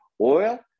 oil